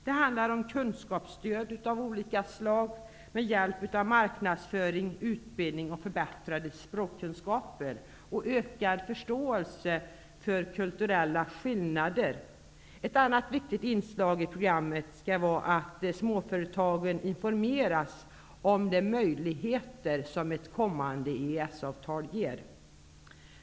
Det handlar om kunskapsstöd av olika slag, t.ex. i form av marknadsföring, utbildning för förbättrade språkkunskaper och ökad förståelse för kulturella skillnader. Ett annat viktigt inslag i programmet skall vara att småföretagen informeras om de möjligheter som ett kommande EES-avtal innebär.